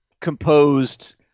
composed